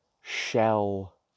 shell